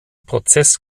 prozess